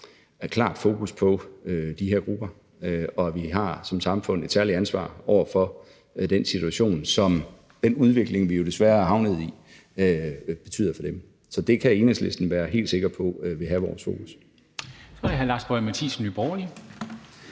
klart fokus på de her grupper, og vi har som samfund et særligt ansvar for at følge, hvad den situation og den udvikling, vi desværre er havnet i, betyder for dem. Så det kan Enhedslisten være helt sikker på vil have vores fokus.